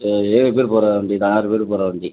ஏழு பேர் போகிற வண்டி இல்லை ஆறு பேர் போகிற வண்டி